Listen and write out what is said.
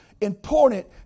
important